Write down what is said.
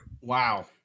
Wow